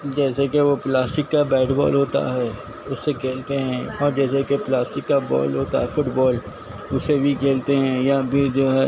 جیسے کہ وہ پلاسٹک کا بیڈ بال ہوتا ہے اس سے کھیلتے ہیں اور جیسے کہ پلاسٹک کا بال ہوتا ہے فٹ بال اسے بھی کھیلتے ہیں یا پھر جو ہے